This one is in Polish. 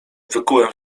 wykułem